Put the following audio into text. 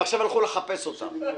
עכשיו הלכו לחפש אותם.